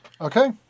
Okay